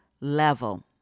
level